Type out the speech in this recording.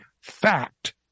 fact